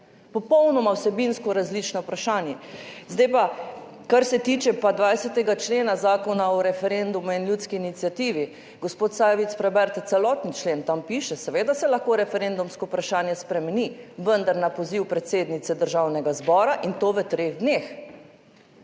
Popolnoma vsebinsko različno vprašanje. Zdaj pa, kar se tiče pa 20. člena Zakona o referendumu in ljudski iniciativi, gospod Sajovic, preberite celoten člen. Tam piše, seveda se lahko referendumsko vprašanje spremeni, vendar na poziv predsednice Državnega zbora in to v treh dneh.